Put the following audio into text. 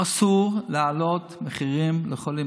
אסור להעלות מחירים לחולים.